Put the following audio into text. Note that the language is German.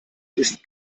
ist